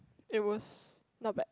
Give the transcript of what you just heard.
it was not bad